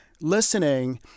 listening